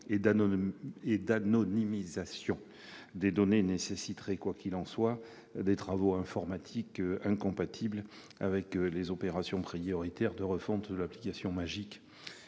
et l'anonymisation des données nécessiteraient des travaux informatiques incompatibles avec les opérations prioritaires de refonte de l'application MAJIC